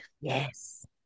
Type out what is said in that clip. yes